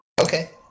Okay